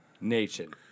Nation